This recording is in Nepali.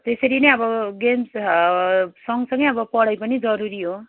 त्यसरी नै अब गेम्स सँगसँगै अब पढाइ पनि जरुरी हो